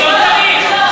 לבטל את, יהודי, לא צריך.